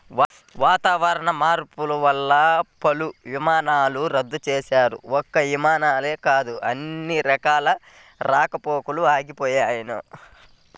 వాతావరణ మార్పులు వల్ల పలు విమానాలను రద్దు చేశారు, ఒక్క విమానాలే కాదు అన్ని రకాల రాకపోకలూ ఆగిపోయినయ్